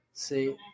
See